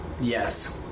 Yes